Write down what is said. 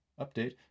Update